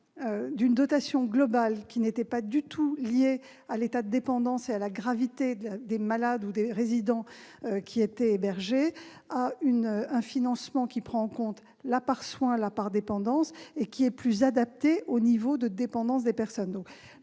d'une dotation globale qui n'était pas du tout liée à l'état de dépendance et à la gravité des malades ou des résidents hébergés, à un financement prenant en compte la part « soins » et la part « dépendance », plus adapté au niveau de dépendance des personnes.